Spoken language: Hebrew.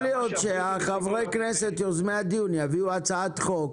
יכול להיות שחברי הכנסת יוזמי הדיון יביאו הצעת חוק